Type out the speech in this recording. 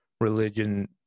religion